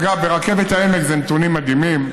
אגב, ברכבת העמק הנתונים מדהימים,